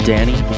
Danny